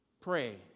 pray